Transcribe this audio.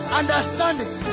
understanding